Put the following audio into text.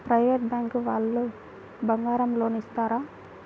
Private bank వాళ్ళు బంగారం loan ఇస్తారా?